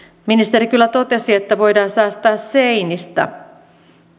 ministeri kyllä totesi että voidaan säästää seinistä